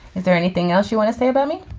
is there anything else you want to say about me.